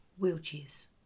wheelchairs